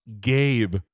Gabe